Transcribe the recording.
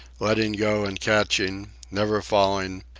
letting go and catching, never falling,